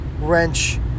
wrench